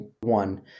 one